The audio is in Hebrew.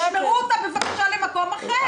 תשמרו אותה בבקשה למקום אחר.